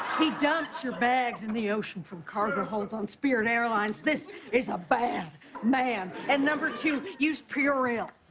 he dumps your bags in the ocean from cargo holds on spirit airlines. this is a bad man. and number two, use purel.